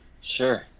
Sure